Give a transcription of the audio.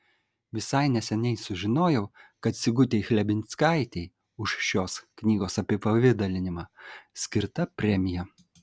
visai neseniai sužinojau kad sigutei chlebinskaitei už šios knygos apipavidalinimą skirta premija